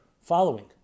following